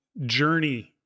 journey